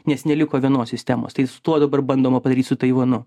nes neliko vienos sistemos tai su tuo dabar bandoma padaryti su taivanu